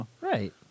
Right